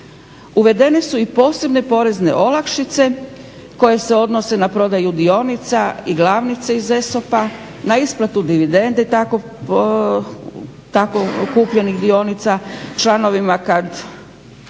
Uvedene su i posebne porezne olakšice koje se odnose na prodaju dionica i glavnice iz ESOP-a, na isplatu dividende tako kupljenih dionica, također i kod